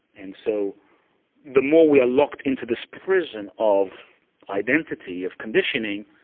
and so the more we are locked into this prison of identity, of conditioning,